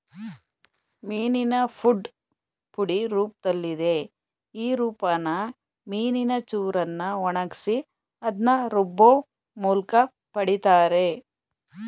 ಮೀನಿನ ಫುಡ್ ಪುಡಿ ರೂಪ್ದಲ್ಲಿದೆ ಈ ರೂಪನ ಮೀನಿನ ಚೂರನ್ನ ಒಣಗ್ಸಿ ಅದ್ನ ರುಬ್ಬೋಮೂಲ್ಕ ಪಡಿತಾರೆ